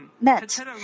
met